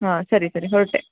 ಹಾಂ ಸರಿ ಸರಿ ಹೊರಟೆ